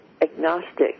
agnostic